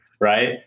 Right